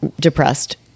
depressed